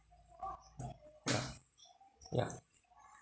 yeah yeah